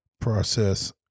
process